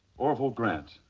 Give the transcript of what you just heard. orville grant,